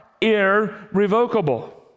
irrevocable